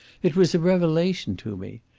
it was a revelation to me.